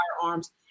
firearms